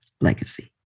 Legacy